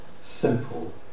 simple